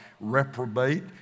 reprobate